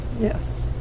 Yes